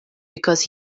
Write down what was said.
because